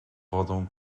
wodą